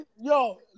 yo